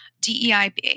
DEIB